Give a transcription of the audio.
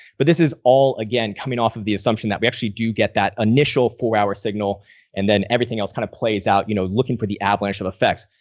but this is all again, coming off of the assumption that we actually do get that initial for our signal and then everything else kind of plays out, you know, looking for the avalanche of effects.